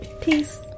Peace